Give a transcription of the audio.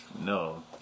no